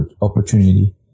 opportunity